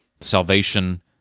salvation